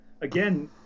again